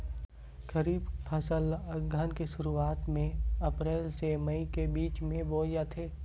खरीफ फसल ला अघ्घन के शुरुआत में, अप्रेल से मई के बिच में बोए जाथे